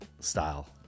style